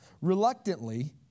Reluctantly